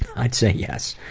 i'd say yes.